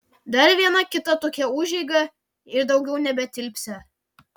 dar viena kita tokia užeiga ir daugiau nebetilpsią